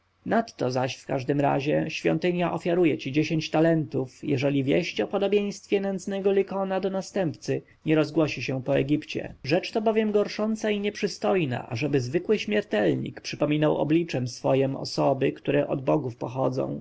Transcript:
nadto zaś w każdym razie świątynia ofiaruje ci dziesięć talentów jeżeli wieść o podobieństwie nędznego lykona do następcy nie rozgłosi się po egipcie rzecz to bowiem gorsząca i nieprzystojna ażeby zwykły śmiertelnik przypominał obliczem swojem osoby które od bogów pochodzą